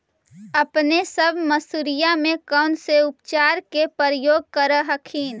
अपने सब मसुरिया मे कौन से उपचार के प्रयोग कर हखिन?